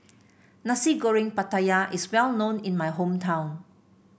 Nasi Goreng Pattaya is well known in my hometown